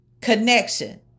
connection